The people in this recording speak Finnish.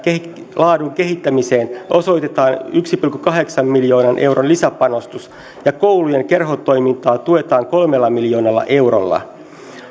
laadun kehittämiseen osoitetaan yhden pilkku kahdeksan miljoonan euron lisäpanostus ja koulujen kerhotoimintaa tuetaan kolmella miljoonalla eurolla